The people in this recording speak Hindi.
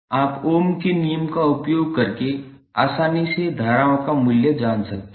आप ओम के नियम का उपयोग करके आसानी से धाराओं का मूल्य जान सकते हैं